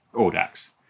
audax